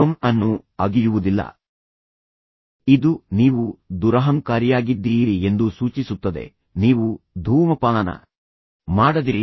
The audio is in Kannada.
ಗಮ್ ಅನ್ನು ಅಗಿಯುವುದಿಲ್ಲ ಇದು ನೀವು ದುರಹಂಕಾರಿಯಾಗಿದ್ದೀರಿ ಎಂದು ಸೂಚಿಸುತ್ತದೆ ನೀವು ಧೂಮಪಾನ ಮಾಡದಿರಿ